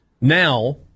now